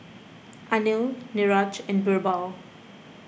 Anil Niraj and Birbal